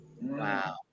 Wow